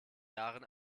jahren